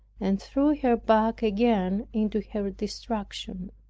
and threw her back again into her distraction.